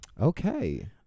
Okay